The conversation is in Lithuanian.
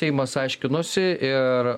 seimas aiškinosi ir